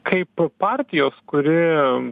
kaip partijos kuri